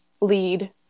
lead